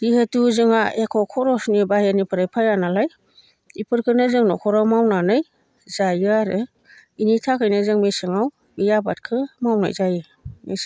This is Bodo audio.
जिहेथु जोंहा एख' खरसनि बाहेरनिफ्राय फैया नालाय बेफोरखौनो जों न'खराव मावनानै जायो आरो बेनि थाखायनो जों मेसेङाव बे आबादखौ मावनाय जायो मेसेङाव